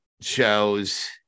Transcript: shows